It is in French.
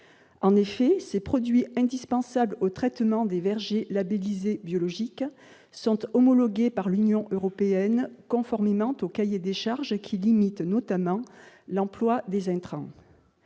En effet, ces produits, qui sont indispensables au traitement des vergers labellisés biologiques, sont homologués par l'Union européenne conformément au cahier des charges qui limite notamment l'emploi des intrants.